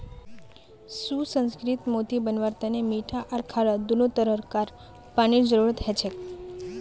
सुसंस्कृत मोती बनव्वार तने मीठा आर खारा दोनों तरह कार पानीर जरुरत हछेक